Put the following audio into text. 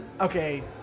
Okay